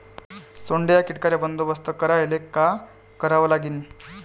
सोंडे या कीटकांचा बंदोबस्त करायले का करावं लागीन?